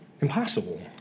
impossible